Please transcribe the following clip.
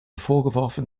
vorgeworfen